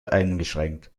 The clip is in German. eingeschränkt